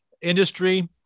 industry